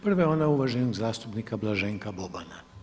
Prva je ona uvaženog zastupnika Blaženka Bobana.